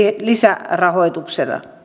lisärahoitusta